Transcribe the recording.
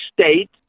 State